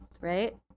right